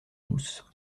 douce